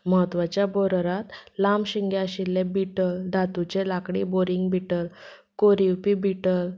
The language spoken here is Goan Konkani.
म्हत्वाच्या बोरराक लांब शिंगे आशिल्ले बिटल दातूचे लांकडी बोरींग बीटल कोरीवपी बीटल